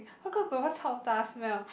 how come got one chao ta smell